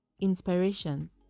inspirations